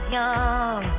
young